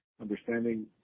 understanding